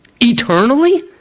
eternally